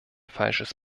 falsches